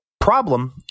problem